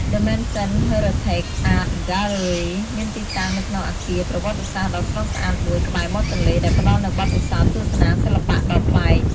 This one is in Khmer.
ដឹ មេនសិន ហឺរីថេក អាត ហ្គាទ្បឺរី មានទីតាំងនៅក្នុងអគារប្រវត្តិសាស្ត្រដ៏ស្រស់ស្អាតមួយក្បែរមាត់ទន្លេ ដែលផ្តល់នូវបទពិសោធន៍ទស្សនាសិល្បៈដ៏ប្លែក។